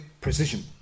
precision